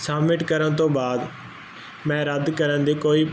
submit ਕਰਨ ਤੋਂ ਬਾਅਦ ਮੈਂ ਰੱਦ ਕਰਨ ਦੀ ਕੋਈ